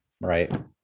right